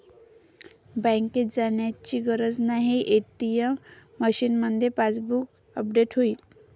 बँकेत जाण्याची गरज नाही, ए.टी.एम मशीनमध्येच पासबुक अपडेट होईल